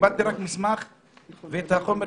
קיבלתי רק מסמך ואת החומר שהצגתי.